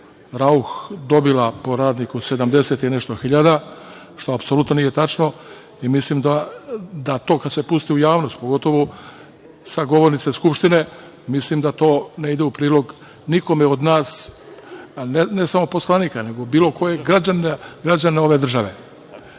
„Rauch“ dobila po radniku 70 i nešto hiljada, što apsolutno nije tačno i mislim da to kad se pusti u javnost, pogotovo sa govornice Skupštine, mislim da to ne ide u prilog nikome od nas, ne samo poslanika, nego bilo kojeg građana ove države.